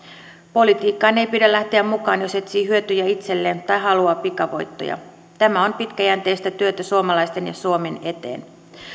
politiikkaan ei pidä lähteä mukaan jos etsii hyötyjä itselleen tai haluaa pikavoittoja tämä on pitkäjänteistä työtä suomalaisten ja suomen eteen